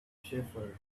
shepherd